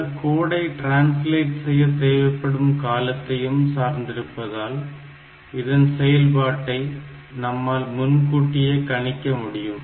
இந்த கோடை டிரான்ஸ்லேட் செய்ய தேவைப்படும் காலத்தையும் சார்ந்திருப்பதால் இதன் செயல்பாட்டை நம்மால் முன்கூட்டியே கணிக்க முடியும்